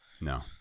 No